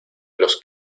los